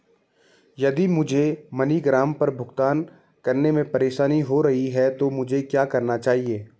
यदि मुझे मनीग्राम पर भुगतान करने में परेशानी हो रही है तो मुझे क्या करना चाहिए?